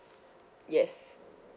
yes